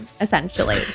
essentially